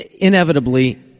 inevitably